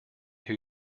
who